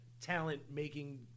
talent-making